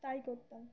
try করতাম